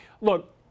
look